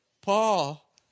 Paul